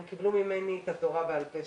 הם קיבלו ממני את התורה בעל פה שלי,